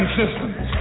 systems